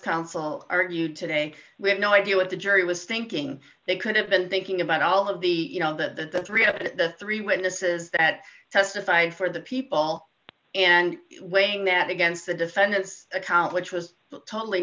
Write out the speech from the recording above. counsel argued today we have no idea what the jury was thinking they could have been thinking about all of the you know the three of it the three witnesses that testified for the people and weighing that against the defendants account which was totally